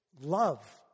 love